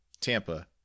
Tampa